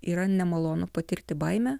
yra nemalonu patirti baimę